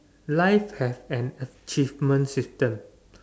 life have an achievement system